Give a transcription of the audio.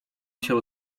się